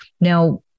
Now